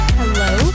hello